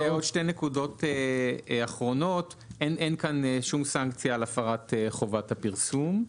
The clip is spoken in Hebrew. עוד שתי נקודות אחרונות: אין כאן שום סנקציה על הפרת חובת הפרסום.